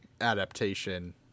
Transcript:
adaptation